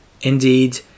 Indeed